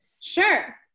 Sure